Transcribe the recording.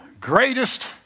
greatest